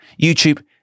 YouTube